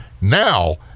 now